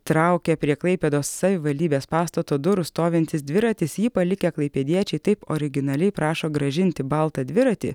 traukia prie klaipėdos savivaldybės pastato durų stovintis dviratis jį palikę klaipėdiečiai taip originaliai prašo grąžinti baltą dviratį